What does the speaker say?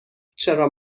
چرا